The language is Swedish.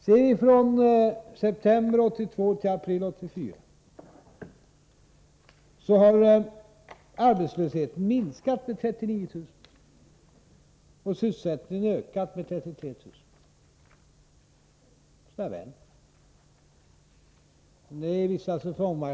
Från september 1982 till april 1984 har arbetslösheten minskat med 39 000 och sysselsättningen ökat med 33 000.